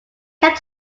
kept